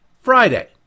Friday